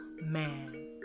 man